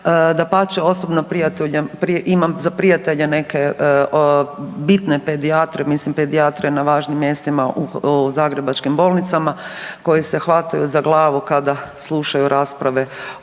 Dapače osobno imam za prijatelje neke bitne pedijatre, mislim pedijatre na važnim mjestima u zagrebačkim bolnicama koji se hvataju za glavu kada slušaju rasprave o